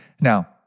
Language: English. Now